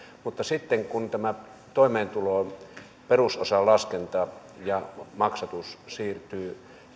että tämä toimeentulotuen perusosan laskenta ja maksatus siirtyvät